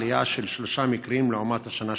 עלייה של שלושה מקרים לעומת השנה שעברה.